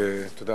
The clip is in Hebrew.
שאקריא